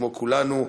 כמו כולנו.